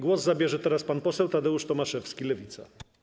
Głos zabierze teraz pan poseł Tadeusz Tomaszewski, Lewica.